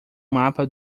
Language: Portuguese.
mapa